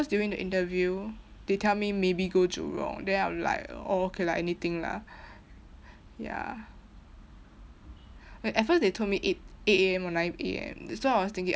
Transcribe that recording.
during the interview they tell me maybe go jurong then I'm like oh okay lah anything lah ya at first they told me eight eight A_M or nine A_M so I was thinking